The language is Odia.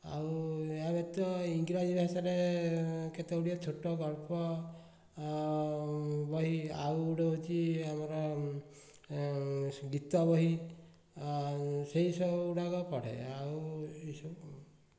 ଆଉ ଏହା ବ୍ୟତିତ ଇଂରାଜୀ ଭାଷାରେ କେତେଗୁଡ଼ିଏ ଛୋଟ ଗଳ୍ପ ବହି ଆଉ ଗୋଟେ ହେଉଛି ଆମର ଗୀତ ବହି ଆଉ ସେଇସବୁଗୁଡ଼ାକ ପଢେ ଆଉ ଏଇସବୁ ଆଉ